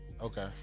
Okay